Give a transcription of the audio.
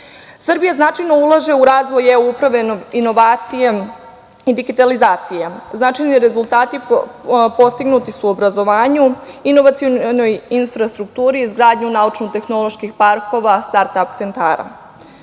evra. Srbija značajno ulaže u razvoj e-Uprave, inovacije i digitalizacije. Značajni rezultati postignuti su u obrazovanju, inovacionoj infrastrukturi, izgradnji naučno-tehnoloških parkova, start-ap centara.